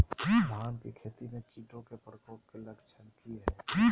धान की खेती में कीटों के प्रकोप के लक्षण कि हैय?